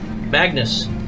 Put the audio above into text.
Magnus